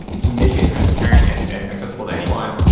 make it transparent and and accessible to anyone,